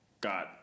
got